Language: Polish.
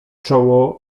czoło